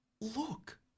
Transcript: Look